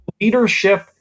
Leadership